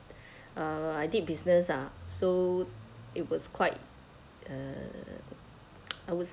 uh I did business ah so it was quite uh I will